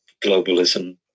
globalism